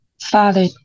Father